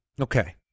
Okay